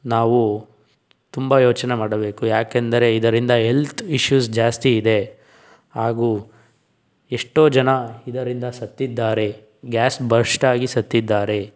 ನಾವು ತುಂಬ ಯೋಚನೆ ಮಾಡಬೇಕು ಯಾಕೆಂದರೆ ಇದರಿಂದ ಏಲ್ತ್ ಇಷ್ಯುಸ್ ಜಾಸ್ತಿ ಇದೆ ಹಾಗು ಎಷ್ಟೋ ಜನ ಇದರಿಂದ ಸತ್ತಿದ್ದಾರೆ ಗ್ಯಾಸ್ ಬಸ್ಟ್ ಆಗಿ ಸತ್ತಿದ್ದಾರೆ